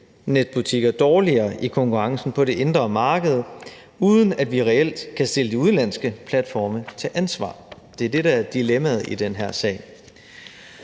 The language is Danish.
netbutikker dårligere i konkurrencen på det indre marked, uden at vi reelt kan stille de udenlandske platforme til ansvar. Det er det, der er dilemmaet i den her sag.